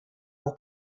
pour